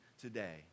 today